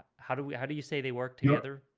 how do we how do you say they work together?